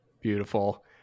beautiful